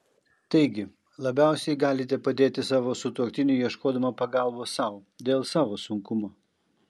taigi labiausiai galite padėti savo sutuoktiniui ieškodama pagalbos sau dėl savo sunkumo